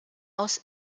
aus